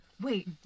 Wait